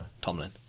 Tomlin